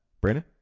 Brandon